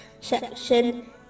section